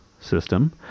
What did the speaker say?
system